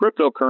cryptocurrency